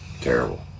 Terrible